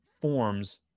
forms